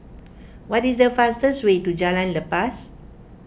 what is the fastest way to Jalan Lepas